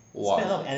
!wah!